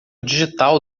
digital